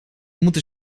moeten